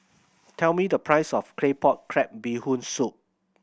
tell me the price of Claypot Crab Bee Hoon Soup